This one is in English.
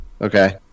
okay